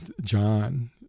John